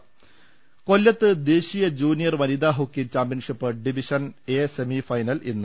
ദർവ്വെട്ടറ കൊല്ലത്ത് ദേശീയ ജൂനിയർ വനിത hockey championship division A semi final ഇന്ന്